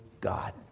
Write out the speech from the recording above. God